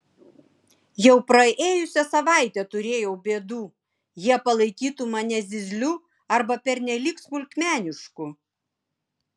jau praėjusią savaitę turėjau bėdų jie palaikytų mane zyzliu arba pernelyg smulkmenišku